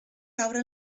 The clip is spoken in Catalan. caure